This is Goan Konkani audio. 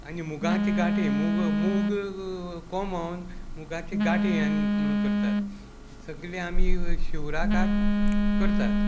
आनी मुगाची गाटी मुग मुग कोमोन मुगाची गाटी म्हणून करतात सगले आमी शिवराक करतात